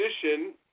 position